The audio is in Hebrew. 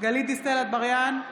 גלית דיסטל אטבריאן,